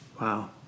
Wow